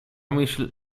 myśl